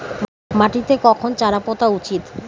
মাটিতে কখন চারা পোতা উচিৎ?